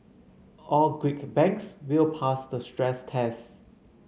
all Greek banks will pass the stress tests